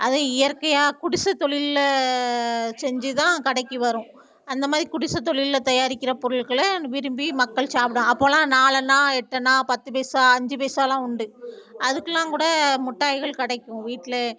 அதுவும் இயற்கையாக குடிசைத் தொழில்ல செஞ்சுதான் கடைக்கு வரும் அந்த மாதிரி குடிசைத் தொழில்ல தயாரிக்கிற பொருள்களை விரும்பி மக்கள் சாப்டுவோம் அப்போலாம் நாலணா எட்டணா பத்து பைசா அஞ்சு பைசாலாம் உண்டு அதுக்கெலாம் கூட மிட்டாய்கள் கிடைக்கும் வீட்டில்